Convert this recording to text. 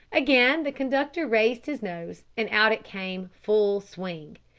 again the conductor raised his nose, and out it came full swing.